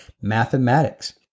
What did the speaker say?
mathematics